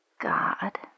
God